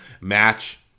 match